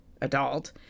adult